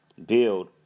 Build